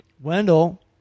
Wendell